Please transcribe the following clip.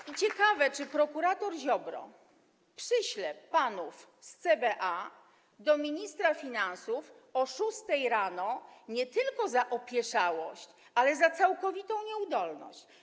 I ciekawe, czy prokurator Ziobro przyśle panów z CBA do ministra finansów o godz. 6 rano nie tylko za opieszałość, ale i za całkowitą nieudolność.